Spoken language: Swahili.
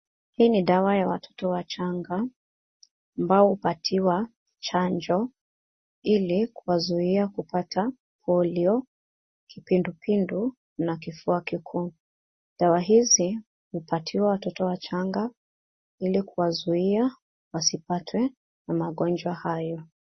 Hii ni dawa ya watoto wachanga ambao hupatiwa chanjo ili kuzuia kupata polio , kipindupindu na kifua kikuu. Dawa hizi hupatiwa watoto wachanga ili kuwazuia wasipatwe na magonjwa hayo.